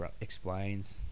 explains